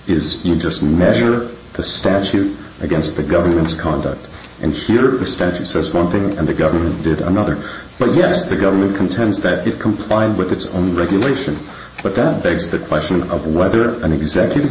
is you just measure the statute against the government's conduct and your standard says one thing and the government did another but yes the government contends that it complied with its own regulations but then begs the question of whether an executive